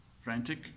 frantic